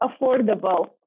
affordable